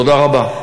תודה רבה.